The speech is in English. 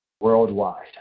Worldwide